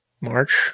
March